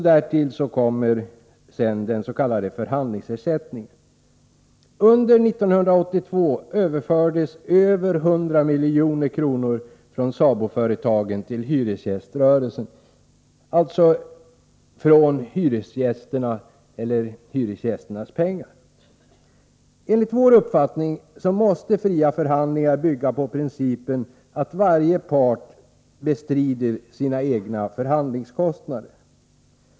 Därtill kommer s.k. förhandlingsersättning. Under 1982 överfördes över 100 milj.kr. från SABO-företagen till hyresgästföreningarna, alltså från hyresgästerna eller av hyresgästernas pengar. Enligt vår uppfattning måste fria förhandlingar bygga på principen att varje part bestrider sina egna förhandlingskostnader.